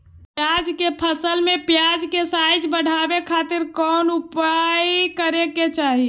प्याज के फसल में प्याज के साइज बढ़ावे खातिर कौन उपाय करे के चाही?